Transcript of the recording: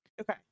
Okay